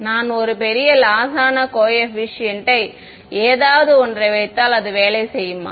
நான் ஒரு பெரிய லாஸ் ஆன கோஏபிசிஎன்ட்யை ஏதாவது ஒன்றை வைத்தால் அது வேலை செய்யுமா